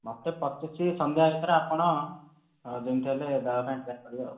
ମୋତେ ପଚିଶି ସଂଧ୍ୟା ଭିତରେ ଆପଣ ଯେମିତି ହେଲେ ଦେବାପାଇଁ ଟ୍ରାଏ କରିବେ ଆଉ